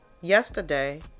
Yesterday